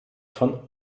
von